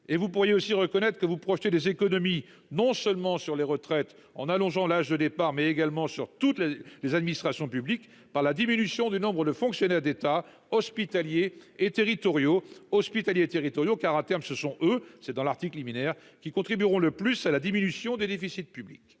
et vous pourriez aussi reconnaître que vous projetez. Des économies non seulement sur les retraites en allongeant l'âge de départ mais également sur toutes les administrations publiques par la diminution du nombre de fonctionnaires d'État hospitaliers et territoriaux, hospitaliers territoriaux car à terme ce sont eux, c'est dans l'article liminaire qui contribueront le plus à la diminution des déficits publics.